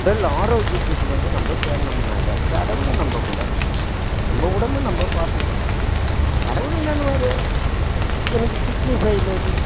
உடல் ஆரோக்கியத்துக்கு வந்து நம்ப தேடினமுன்னாக்கா கடவுளை நம்பக் கூடாது நம்ப உடம்பை நம்ப பார்த்துக்கணும் கடவுள் என்னானுவார் எனக்கு கிட்னி ஃபெய்லரு